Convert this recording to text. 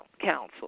council